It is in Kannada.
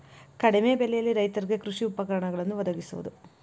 ಕಡಿಮೆ ಬೆಲೆಯಲ್ಲಿ ರೈತರಿಗೆ ಕೃಷಿ ಉಪಕರಣಗಳನ್ನು ವದಗಿಸುವದು